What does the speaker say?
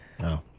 No